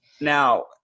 Now